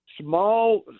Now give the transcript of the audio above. small